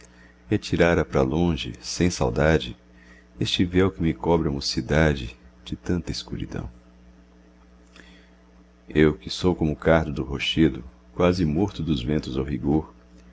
atirara pra longe sem saudade este véu que me cobre a mocidade de tanta escuridão eu que sou como o cardo do rochedo quase morto dos ventos ao rigor